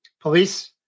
police